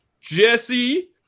jesse